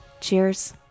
Cheers